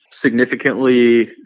significantly